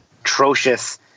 atrocious